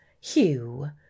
hugh